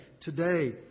today